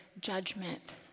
judgment